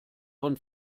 von